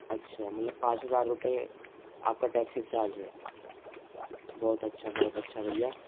اچھا مطلب پانچ ہزار روپئے آپ کا ٹیکسی چارج ہے بہت اچھا بہت اچھا بھیا